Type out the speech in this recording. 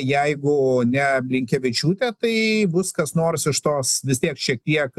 jeigu ne blinkevičiūtė tai bus kas nors iš tos vis tiek šiek tiek